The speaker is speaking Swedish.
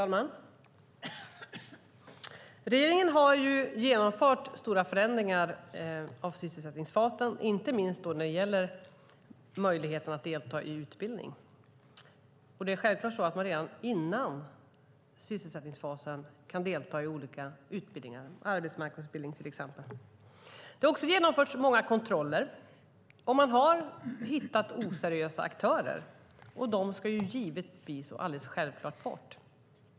Fru talman! Regeringen har genomfört stora förändringar av sysselsättningsfasen, inte minst när det gäller möjligheten att delta i utbildning. Det är självklart så att man redan före sysselsättningsfasen kan delta i olika utbildningar, arbetsmarknadsutbildning, till exempel. Det har genomförts många kontroller, och man har hittat oseriösa aktörer. De ska givetvis och alldeles självklart bort.